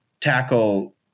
tackle